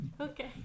Okay